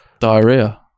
diarrhea